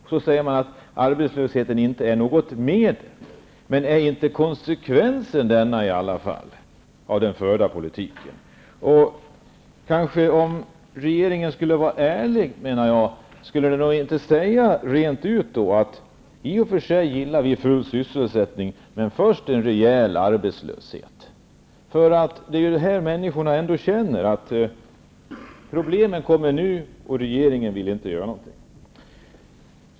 Man säger att arbetslösheten inte är något medel, men blir inte det konsekvensen av den förda politiken? Om regeringen skulle vara ärlig, skulle den då inte säga rent ut att man i och för sig gillar full sysselsättning, men först måste vi ha en rejäl arbetslöshet? Människor känner ju, att problemen kommer och att regeringen inte vill göra något åt dem.